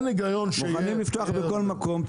מוכנים לפתוח בכל מקום.